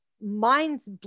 minds